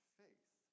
faith